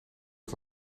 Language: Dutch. het